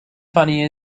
funny